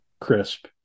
crisp